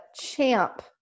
champ